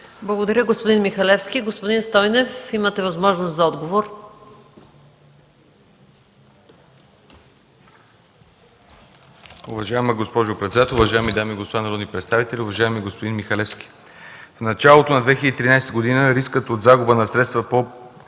Благодаря, господин Михалевски. Господин Стойнев, имате възможност за отговор.